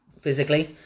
physically